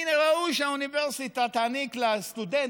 מן הראוי שהאוניברסיטה תעניק לסטודנט,